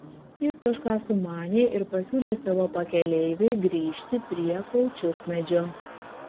jis kažką sumanė ir pasiūlė savo pakeleiviui grįžti prie kaučiukmedžio